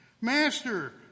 Master